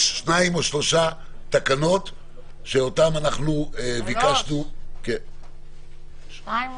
יש שתיים או שלוש תקנות שאותן ביקשנו תמי,